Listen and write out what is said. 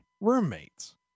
roommates